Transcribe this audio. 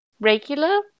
regular